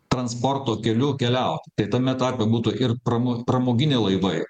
transporto keliu keliaut tai tame tarpe būtų ir pramo pramoginiai laivai